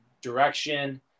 direction